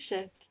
shift